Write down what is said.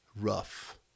rough